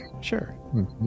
sure